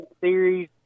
series